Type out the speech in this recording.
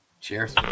Cheers